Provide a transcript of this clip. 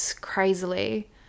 crazily